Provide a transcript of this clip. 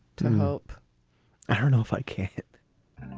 to help aronoff, i can't